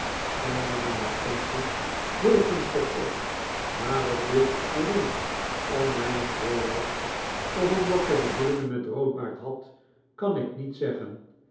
zij nam mijn attenties heel gunstig op maar of dit alleen om mijnentwil was of omdat zij bedoelingen met roodbaard had kan ik niet zeggen